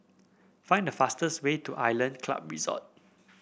find the fastest way to Island Club Resort